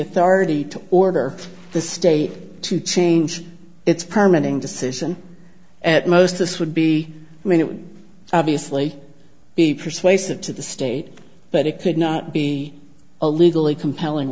authority to order the state to change its permanent decision at most this would be i mean it would obviously be persuasive to the state but it could not be a legally compelling